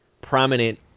prominent